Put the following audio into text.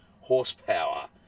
horsepower